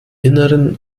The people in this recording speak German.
innern